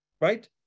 Right